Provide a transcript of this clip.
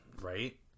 Right